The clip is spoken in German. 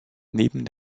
neben